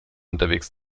unterwegs